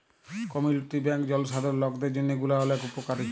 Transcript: community bank জলসাধারল লকদের জন্হে গুলা ওলেক উপকারী